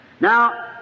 Now